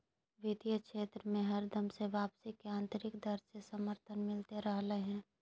वित्तीय क्षेत्र मे हरदम से वापसी के आन्तरिक दर के समर्थन मिलते रहलय हें